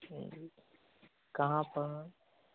कहाँ पर